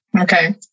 Okay